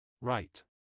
Right